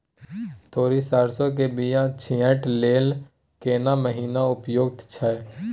तोरी, सरसो के बीया छींटै लेल केना महीना उपयुक्त छै?